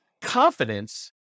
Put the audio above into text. confidence